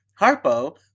Harpo